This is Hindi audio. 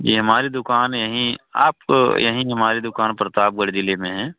जी हमारी दुक़ान यहीं आप यहीं हमारी दुक़ान प्रतापगढ़ ज़िले में है